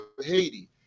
Haiti